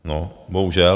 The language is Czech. No, bohužel.